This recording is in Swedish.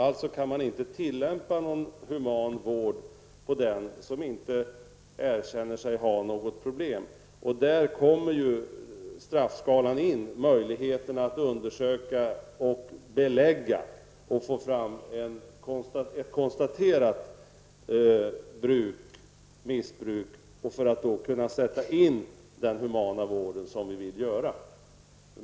Alltså kan man inte tillämpa någon human vård på den som inte erkänner sig ha något problem. Där kommer straffskalan in, möjligheten att undersöka och belägga och få fram ett konstaterat bruk/missbruk och kunna sätta in den humana vården, som vi vill göra.